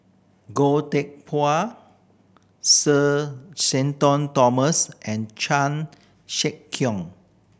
Goh Teck Phuan Sir Shenton Thomas and Chan Sek Keong